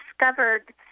discovered